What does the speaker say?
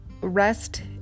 rest